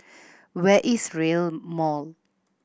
where is Rail Mall